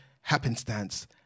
happenstance